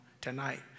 Tonight